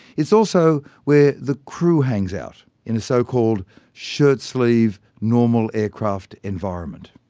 it's also where the crew hangs out in a so-called shirt-sleeve, normal aircraft environment.